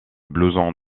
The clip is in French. blouson